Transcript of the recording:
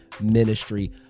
ministry